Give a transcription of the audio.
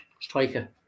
Striker